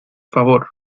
favor